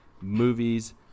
movies